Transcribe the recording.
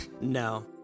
No